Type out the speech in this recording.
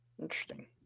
Interesting